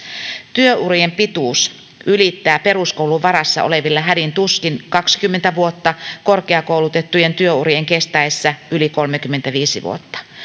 työurien pituus ylittää peruskoulun varassa olevilla hädin tuskin kaksikymmentä vuotta korkeakoulutettujen työurien kestäessä yli kolmekymmentäviisi vuotta